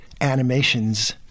animations